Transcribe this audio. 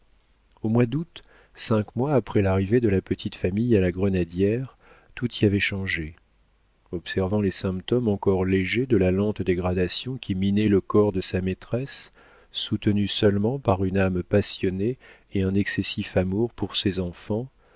au mois d'août cinq mois après l'arrivée de la petite famille à la grenadière tout y avait changé observant les symptômes encore légers de la lente dégradation qui minait le corps de sa maîtresse soutenue seulement par une âme passionnée et un excessif amour pour ses enfants